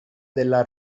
della